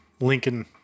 Lincoln